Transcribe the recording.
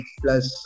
plus